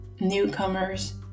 newcomers